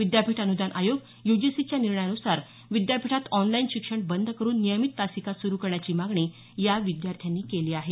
विद्यापीठ अनुदान आयोग युजीसीच्या निर्णयानुसार विद्यापीठातील ऑनलाईन शिक्षण बंद करुन नियमित तासिका सुरु करण्याची मागणी या विद्यार्थ्यांनी केली आहे